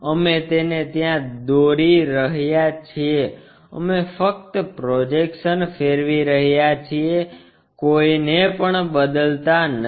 અમે તેને ત્યાં દોરી રહ્યા છીએ અમે ફક્ત પ્રોજેક્શન ફેરવી રહ્યા છીએ કોઈ ને પણ બદલતા નથી